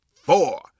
four